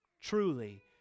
truly